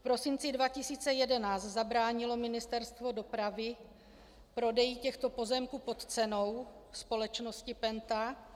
V prosinci 2011 zabránilo Ministerstvo dopravy prodeji těchto pozemků pod cenou společnosti PENTA.